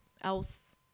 else